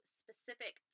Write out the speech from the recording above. specific